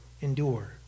endure